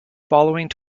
following